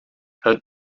het